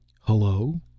Hello